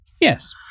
yes